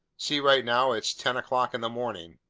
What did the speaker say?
see, right now it's ten o'clock in the morning.